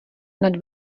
nad